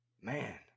man